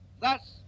Thus